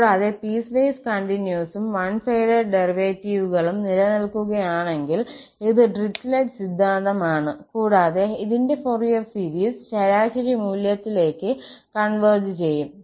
കൂടാതെ പീസ്വേസ് കണ്ടിന്യൂസും one sided ഡെറിവേറ്റീവുകളും നിലനിൽക്കുകയാണെങ്കിൽ ഇത് ഡ്രിച്ലെറ്റ് സിദ്ധാന്തം ആണ് കൂടാതെ ഇതിന്റെ ഫോറിയർ സീരീസ് ശരാശരി മൂല്യത്തിലേക്ക് കോൺവെർജ് ചെയ്യും